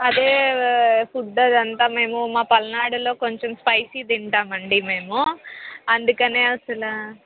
అదే ఫుడ్ అది అంతా మేము మా పల్నాడులో కొంచెం స్పైసీ తింటాం అండి మేము అందుకని అసలు